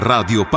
Radio